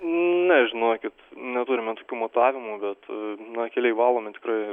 ne žinokit neturime tokių matavimų bet na keliai valomi tikrai